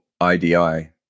IDI